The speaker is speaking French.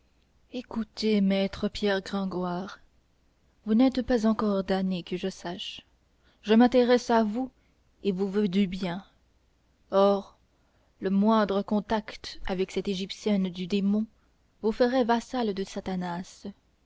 écoutez maître pierre gringoire vous n'êtes pas encore damné que je sache je m'intéresse à vous et vous veux du bien or le moindre contact avec cette égyptienne du démon vous ferait vassal de satanas